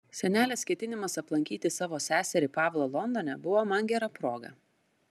senelės ketinimas aplankyti savo seserį pavlą londone buvo man gera proga